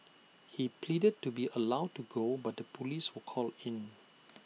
he pleaded to be allowed to go but the Police were called in